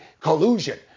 collusion